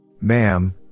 Ma'am